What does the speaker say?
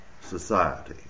society